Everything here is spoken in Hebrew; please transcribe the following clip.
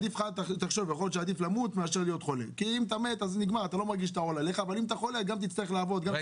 יכול להיות שעדיף להיות חולה מאשר למות כי אם אתה מת אז נגמר ואתה לא